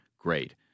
Great